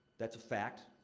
that's a fact.